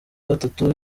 gatatu